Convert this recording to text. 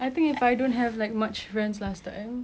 I think if I don't have like much friends last time